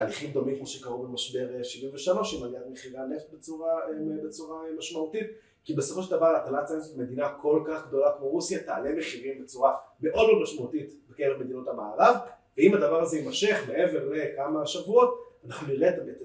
תהליכים דומים כמו שקרו במשבר 73 עם עליית מחירי הנפט בצורה משמעותית, כי בסופו של דבר הטלת סנקציות על מדינה כל כך גדולה כמו רוסיה, תעלה מחירים בצורה מאוד מאוד משמעותית בקרב מדינות המערב ואם הדבר הזה יימשך מעבר לכמה שבועות, אנחנו נראה את המטרפל הזה